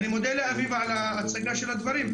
ואני מודה לאביבה על ההצגה של הדברים,